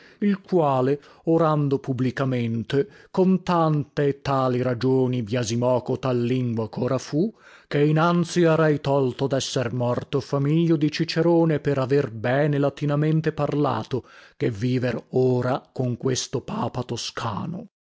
il quale orando publicamente con tante e tali ragioni biasimò cotal lingua chora fu che inanzi arei tolto desser morto famiglio di cicerone per aver bene latinamente parlato che viver ora con questo papa toscano